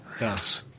Yes